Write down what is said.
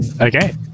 Okay